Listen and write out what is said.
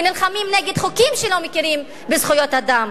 ונלחמים נגד חוקים שלא מכירים בזכויות אדם.